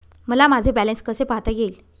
मला माझे बॅलन्स कसे पाहता येईल?